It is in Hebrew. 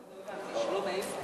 לא הבנתי.